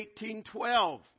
1812